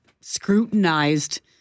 scrutinized